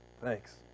Thanks